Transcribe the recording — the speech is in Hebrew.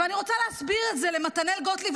ואני רוצה להסביר את זה למתנאל גוטליב,